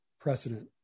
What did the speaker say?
precedent